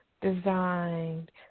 designed